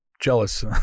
jealous